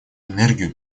энергию